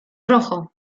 rojo